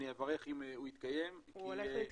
אברך אם הוא יתקיים --- הוא הולך להתקיים.